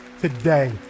today